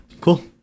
Cool